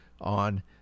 on